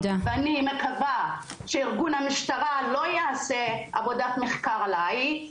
ואני מקווה שארגון המשטרה לא יעשה עבודת מחקר עליי,